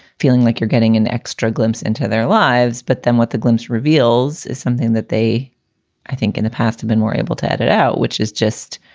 feeling like you're getting an extra glimpse into their lives but then what the glimpse reveals is something that they think in the past have been more able to edit out, which is just.